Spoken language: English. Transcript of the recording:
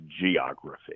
geography